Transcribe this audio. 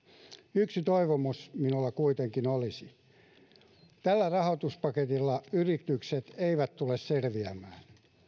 yksi toivomus minulla kuitenkin olisi tällä rahoituspaketilla yritykset eivät tule selviämään